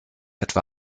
etwa